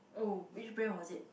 oh which brand was it